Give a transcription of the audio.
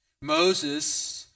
Moses